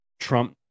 Trump